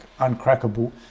uncrackable